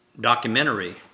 documentary